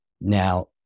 Now